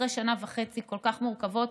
אחרי שנה וחצי כל כך מורכבות,